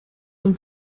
dem